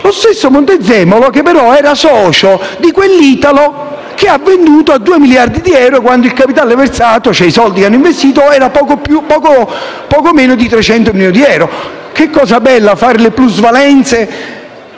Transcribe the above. lo stesso Montezemolo che era socio di quell'Italo che ha venduto a 2 miliardi di euro, quando il capitale versato, cioè i soldi che hanno investito, era poco meno di 300 milioni di euro. Che cosa bella fare le plusvalenze!